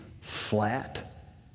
flat